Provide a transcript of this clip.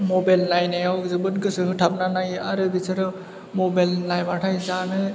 mobile नायनायाव जोबोद गोसो होथाबना नायो आरो बिसोरो मबाइल नायबाथाय जानो